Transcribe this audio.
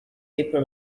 paper